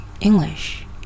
English